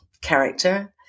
character